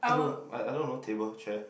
I don't I I don't know table chair